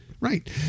Right